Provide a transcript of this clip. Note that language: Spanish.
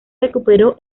recuperó